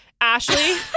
Ashley